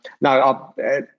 no